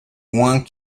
point